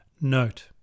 Note